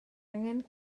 angen